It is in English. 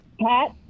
Pat